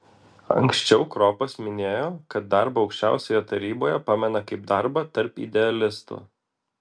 anksčiau kropas minėjo kad darbą aukščiausioje taryboje pamena kaip darbą tarp idealistų